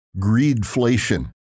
greedflation